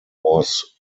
was